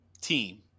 team